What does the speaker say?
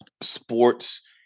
sports